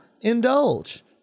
Indulge